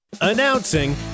Announcing